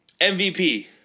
MVP